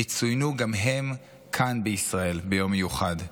יצוינו גם הם כאן בישראל ביום מיוחד.